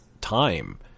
time